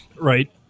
Right